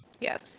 Yes